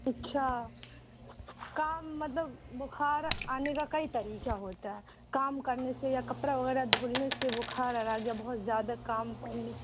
اچھا کا مطلب بخار آنے کا کئی طریقہ ہوتا ہے کام کرنے سے یا کپڑا وغیرہ دھونے سے بخار آر آ گیا بہت زیادہ کام کرنے